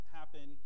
happen